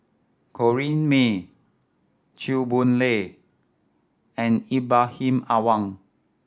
Corrinne May Chew Boon Lay and Ibrahim Awang